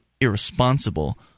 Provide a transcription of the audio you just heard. irresponsible